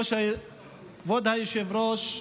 כבוד היושב-ראש,